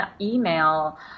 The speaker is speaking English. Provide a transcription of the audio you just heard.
email